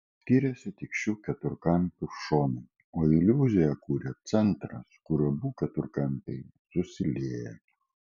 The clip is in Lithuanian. skiriasi tik šių keturkampių šonai o iliuziją kuria centras kur abu keturkampiai susilieja